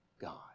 God